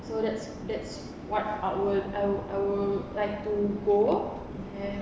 so that's that's what I will I will I will like to go and